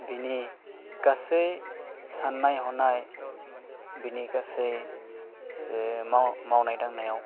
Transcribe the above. बिनि गासै साननाय हनाय बिनि गासै माव मावनाय दांनायाव